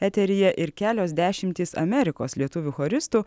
eteryje ir kelios dešimtys amerikos lietuvių choristų